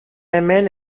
hemen